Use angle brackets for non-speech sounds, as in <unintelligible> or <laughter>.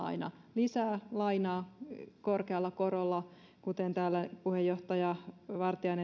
<unintelligible> aina lisää lainaa korkealla korolla kuten täällä puheenjohtaja vartiainen